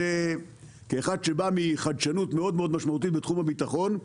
כאחד שבא מחדשנות משמעותית מאוד בתחום הביטחון,